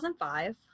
2005